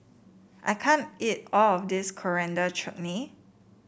I can't eat all of this Coriander Chutney